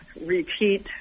repeat